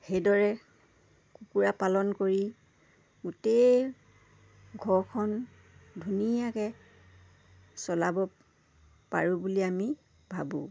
সেইদৰে কুকুৰা পালন কৰি গোটেই ঘৰখন ধুনীয়াকৈ চলাব পাৰোঁ বুলি আমি ভাবোঁ